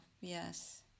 yes